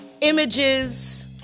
images